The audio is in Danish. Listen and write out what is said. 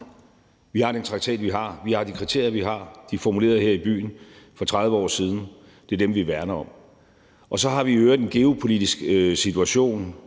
Vi har den traktat, vi har, vi har de kriterier, vi har, og de er formuleret her i byen for 30 år siden, og det er dem, vi værner om. Så har vi i øvrigt en geopolitisk situation,